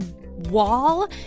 wall